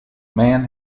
man